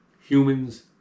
humans